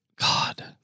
God